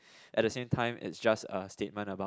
at the same time it's just a statement about